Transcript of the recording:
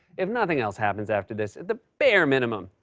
if nothing else happens after this, at the bare minimum,